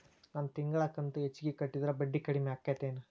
ನನ್ ತಿಂಗಳ ಕಂತ ಹೆಚ್ಚಿಗೆ ಕಟ್ಟಿದ್ರ ಬಡ್ಡಿ ಕಡಿಮಿ ಆಕ್ಕೆತೇನು?